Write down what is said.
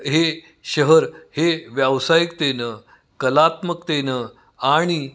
हे शहर हे व्यावसायिकतेनं कलात्मकतेनं आणि